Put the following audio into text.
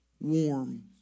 warm